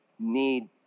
need